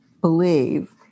believe